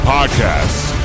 Podcasts